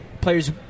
players